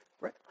Right